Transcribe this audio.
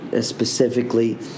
specifically